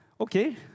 Okay